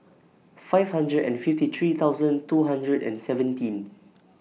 five hundred and fifty three thousand two hundred and seventeen